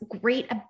great